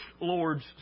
Lord's